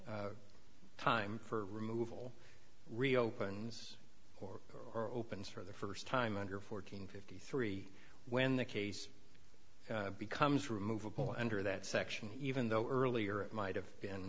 of time for removal reopens or or opens for the first time under fourteen fifty three when the case becomes removable and or that section even though earlier it might have been